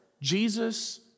Jesus